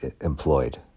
employed